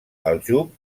aljub